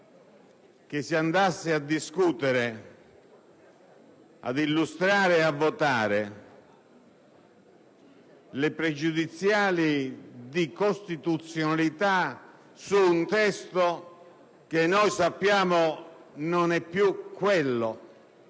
che si andasse a discutere, ad illustrare e a votare le pregiudiziali di costituzionalità su un testo che sappiamo non essere più quello